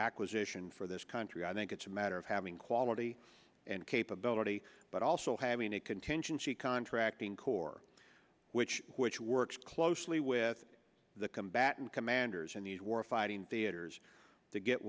acquisition for this country i think it's a matter of having quality and capability but also having a contingency contracting corps which which works closely with the combatant commanders in the war fighting theaters to get